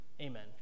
Amen